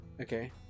Okay